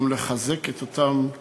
גם לחזק את אותם כבאים,